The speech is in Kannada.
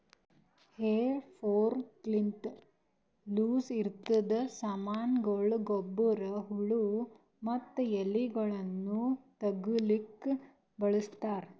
ಹೇ ಫೋರ್ಕ್ಲಿಂತ ಲೂಸಇರದ್ ಸಾಮಾನಗೊಳ, ಗೊಬ್ಬರ, ಹುಲ್ಲು ಮತ್ತ ಎಲಿಗೊಳನ್ನು ತೆಗಿಲುಕ ಬಳಸ್ತಾರ್